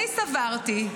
אני סברתי,